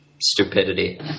stupidity